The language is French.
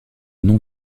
nom